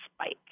spike